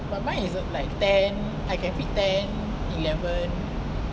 but mine isn't like I can fit ten eleven